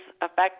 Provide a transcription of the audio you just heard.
affect